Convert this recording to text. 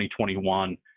2021